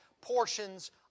portions